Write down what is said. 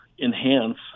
enhance